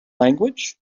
language